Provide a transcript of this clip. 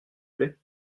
plait